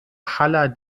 haller